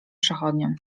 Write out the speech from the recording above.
przechodniom